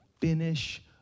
finish